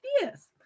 Yes